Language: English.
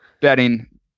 Betting